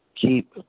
keep